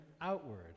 outward